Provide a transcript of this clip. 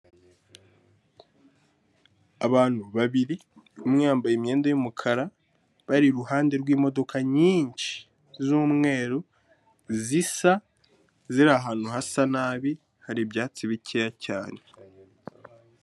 Abantu babiri umwe yambaye imyenda y'umukara, bari iruhande rw'imodoka nyinshi z'umweru zisa, ziri ahantu hasa nabi, hari ibyatsi bikeya cyane.